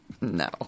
no